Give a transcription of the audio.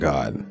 God